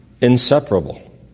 inseparable